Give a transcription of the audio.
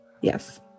Yes